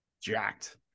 jacked